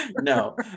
No